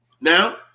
Now